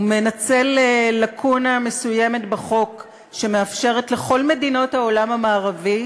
הוא מנצל לקונה מסוימת בחוק שמאפשרת לכל מדינות העולם המערבי,